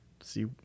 See